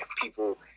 people